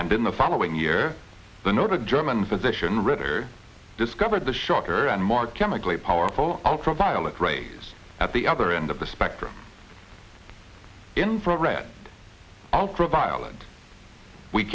in the following year the noted german physician rather discovered the shorter and mark chemically powerful ultraviolet rays at the other end of the spectrum infra red ultra violent we